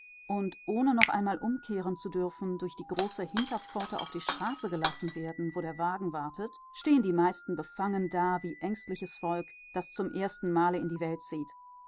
und ohne noch einmal umkehren zu dürfen durch die große hinterpforte auf die straße gelassen werden wo der wagen wartet stehen die meisten befangen da wie ängstliches volk das zum ersten male in die welt zieht